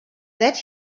that